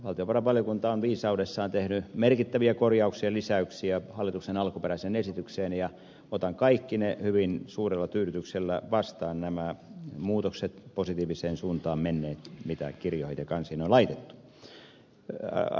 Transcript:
valtiovarainvaliokunta on viisaudessaan tehnyt merkittäviä korjauksia ja lisäyksiä hallituksen alkuperäiseen esitykseen ja otan kaikki ne hyvin suurella tyydytyksellä vastaan nämä positiiviseen suuntaan menneet muutokset mitä kirjoihin ja kansiin on laitettu